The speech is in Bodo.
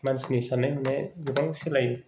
मानसिनि साननाय हनाया गोबां सोलायो